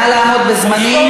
נא לעמוד בזמנים.